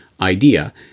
Idea